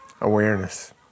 awareness